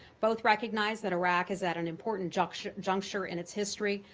both recognize that iraq is at an important juncture juncture in its history.